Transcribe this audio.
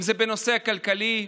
אם זה בנושא הכלכלי,